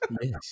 yes